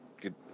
good